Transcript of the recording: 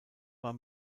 war